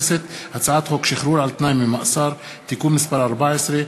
הצעת חוק שחרור על-תנאי ממאסר (תיקון מס' 14),